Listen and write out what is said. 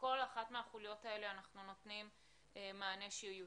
שלכל אחת מהחוליות האלה אנחנו נותנים מענה ייחודי.